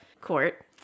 court